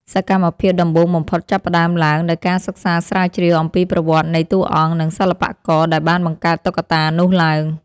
សកម្មភាពដំបូងបំផុតចាប់ផ្ដើមឡើងដោយការសិក្សាស្រាវជ្រាវអំពីប្រវត្តិនៃតួអង្គ និងសិល្បករដែលបានបង្កើតតុក្កតានោះឡើង។